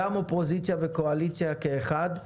אופוזיציה וקואליציה כאחד.